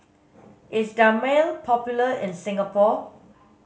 is Dermale popular in Singapore